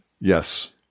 Yes